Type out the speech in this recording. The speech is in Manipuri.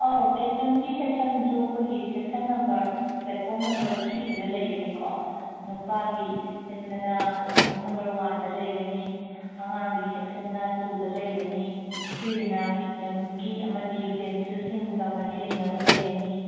ꯑꯧ ꯀꯤꯆꯟꯒꯤ ꯁꯦꯛꯁꯟꯁꯨ ꯑꯩꯈꯣꯏꯒꯤ ꯁꯦꯛꯁꯟ ꯅꯝꯕꯔ ꯄ꯭ꯂꯦꯠꯐꯣꯝ ꯅꯝꯕꯔ ꯊ꯭ꯔꯤꯁꯤꯗ ꯂꯩꯒꯅꯤꯀꯣ ꯅꯨꯄꯥꯒꯤ ꯁꯦꯛꯁꯟꯗꯅ ꯄ꯭ꯂꯦꯠꯐꯣꯝ ꯅꯝꯕꯔ ꯋꯥꯅꯗ ꯂꯩꯒꯅꯤ ꯑꯉꯥꯡꯒꯤ ꯁꯦꯛꯁꯟꯅ ꯇꯨꯗ ꯂꯩꯒꯅꯤ ꯊ꯭ꯔꯤꯗꯅ ꯀꯤꯆꯟꯒꯤ ꯑꯃꯗꯤ ꯌꯨꯇꯦꯟꯁꯤꯜꯁꯤꯡꯒ ꯃꯔꯤ ꯂꯩꯅꯕ ꯂꯩꯒꯅꯤ